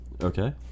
Okay